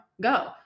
go